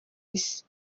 isi